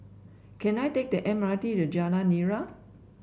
can I take the M R T to Jalan Nira